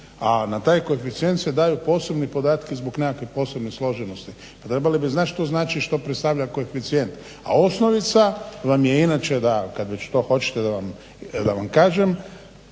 a na taj koeficijent se daju posebni podaci zbog neke posebne složenosti. Pa trebali bi znati što predstavlja koeficijent. A osnovica vam je inače da kada već to hoćete da vam kažem,